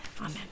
Amen